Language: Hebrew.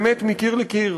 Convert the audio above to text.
באמת מקיר לקיר.